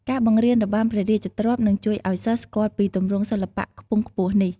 ការបង្រៀនរបាំព្រះរាជទ្រព្យនឹងជួយឱ្យសិស្សស្គាល់ពីទម្រង់សិល្បៈខ្ពង់ខ្ពស់នេះ។